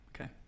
Okay